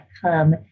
come